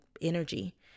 energy